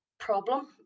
problem